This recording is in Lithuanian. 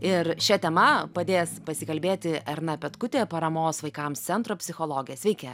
ir šia tema padės pasikalbėti erna petkutė paramos vaikams centro psichologė sveiki